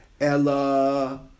Ella